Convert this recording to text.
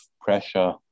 pressure